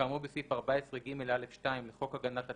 כאמור בסעיף 14ג(א)(2) לחוק הגנת הצרכן,